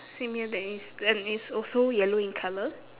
same here then is then it's also yellow in colour